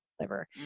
liver